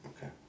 Okay